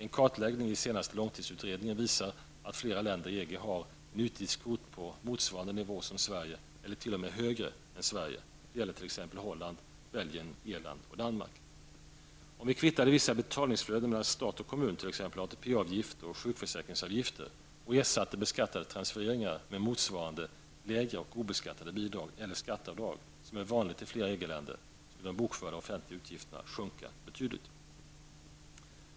En kartläggning i senaste långtidsutredningen visar att fler länder i EG har en utgiftskvot på motsvarande nivå som Sverige eller t.o.m. högre än Sverige. Det gäller t.ex. Holland, Belgien, Irland och Danmark. Om vi kvittade vissa betalningsflöden mellan stat och kommun, t.ex. ATP-avgifter och sjukförsäkringsavgifter, och ersatte beskattade transfereringar med motsvarande lägre och obeskattade bidrag eller skatteavdrag, som är vanligt i flera EG-länder, skulle de bokförda offentliga utgifterna sjunka betydligt.